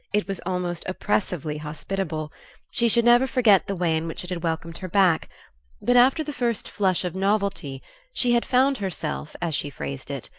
it was almost oppressively hospitable she should never forget the way in which it had welcomed her back but after the first flush of novelty she had found herself, as she phrased it,